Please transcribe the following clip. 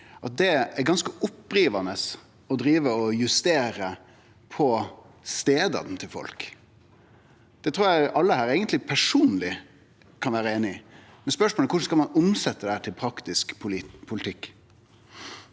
det er ganske opprivande å drive og justere på stadene til folk. Det trur eg alle her eigentleg kan vere einige i personleg. Spørsmålet er korleis ein skal omsetje dette til praktisk politikk.